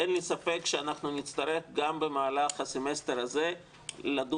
אין לי ספק שנצטרך גם במהלך הסמסטר הזה לדון